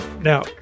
Now